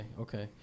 okay